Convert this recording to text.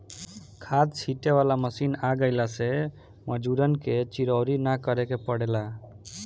खाद छींटे वाला मशीन आ गइला से मजूरन के चिरौरी ना करे के पड़ेला